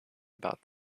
about